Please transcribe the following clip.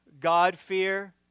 God-fear